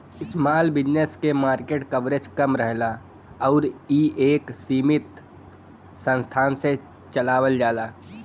small business क market coverage कम रहला आउर इ एक सीमित संसाधन से चलावल जाला